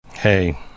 hey